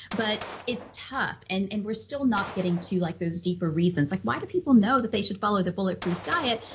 but it's tough, and and we're still not getting to like those deeper reasons. like why do people know they should follow the bulletproof diet,